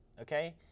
Okay